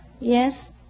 Yes